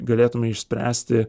galėtume išspręsti